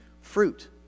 fruit